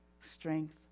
strength